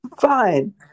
Fine